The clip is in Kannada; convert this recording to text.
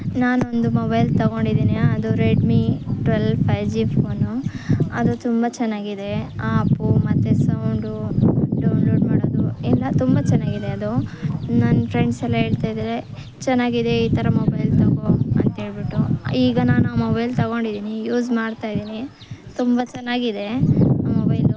ನಾನೊಂದು ಮೊಬೈಲ್ ತೊಗೊಂಡಿದ್ದೀನಿ ಅದು Redmi twelve five G phone ಅದು ತುಂಬಾ ಚೆನ್ನಾಗಿದೆ ಆ್ಯಪು ಮತ್ತು ಸೌಂಡು ಡೋನ್ ಲೋಡ್ ಮಾಡೋದು ಎಲ್ಲ ತುಂಬ ಚೆನ್ನಾಗಿದೆ ಅದು ನನ್ನ ಫ್ರೆಂಡ್ಸೆಲ್ಲ ಹೇಳ್ತಾಯಿದ್ದಾರೆ ಚೆನ್ನಾಗಿದೆ ಈ ಥರ ಮೊಬೈಲ್ ತೊಗೋ ಅಂಥೇಳ್ಬಿಟ್ಟು ಈಗ ನಾನು ಆ ಮೊಬೈಲ್ ತೊಗೊಂಡಿದ್ದೀನಿ ಯೂಸ್ ಮಾಡ್ತಾಯಿದ್ದೀನಿ ತುಂಬ ಚೆನ್ನಾಗಿದೆ ಮೊಬೈಲು